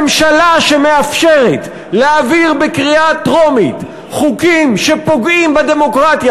ממשלה שמאפשרת להעביר בקריאה טרומית חוקים שפוגעים בדמוקרטיה